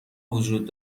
وجود